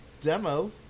demo